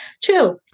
chill